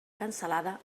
cansalada